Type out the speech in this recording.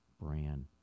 brand